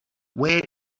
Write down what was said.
where